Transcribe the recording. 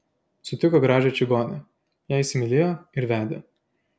sutiko gražią čigonę ją įsimylėjo ir vedė